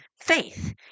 faith